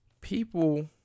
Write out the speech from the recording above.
people